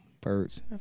Birds